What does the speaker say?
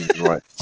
Right